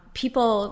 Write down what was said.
people